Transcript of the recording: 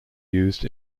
used